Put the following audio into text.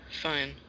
Fine